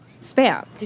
Spam. —